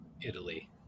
Italy